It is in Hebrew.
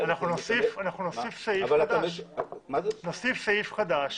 נוסיף סעיף חדש